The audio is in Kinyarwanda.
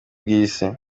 bw’isi